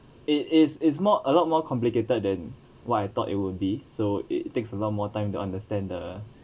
it is is more a lot more complicated than what I thought it would be so it takes a lot more time to understand the